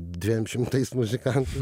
dviem šimtais muzikantų